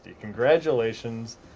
Congratulations